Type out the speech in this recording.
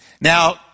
Now